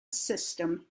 system